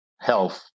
health